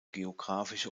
geografische